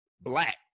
black